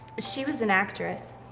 she was an actress.